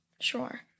Sure